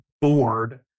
bored